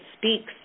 speaks